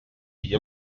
wie